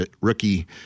rookie